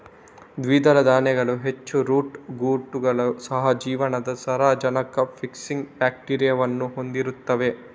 ದ್ವಿದಳ ಧಾನ್ಯಗಳು ಹೆಚ್ಚು ರೂಟ್ ಗಂಟುಗಳು, ಸಹ ಜೀವನದ ಸಾರಜನಕ ಫಿಕ್ಸಿಂಗ್ ಬ್ಯಾಕ್ಟೀರಿಯಾವನ್ನು ಹೊಂದಿರುತ್ತವೆ